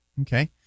Okay